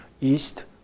east